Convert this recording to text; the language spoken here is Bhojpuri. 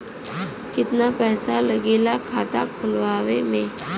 कितना पैसा लागेला खाता खोलवावे में?